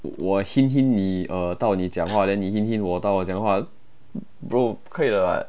我 hint hint 你 uh 到你讲话 then 你 hint hint 我到我讲话 bro 不可以的 [what]